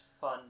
fun